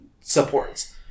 supports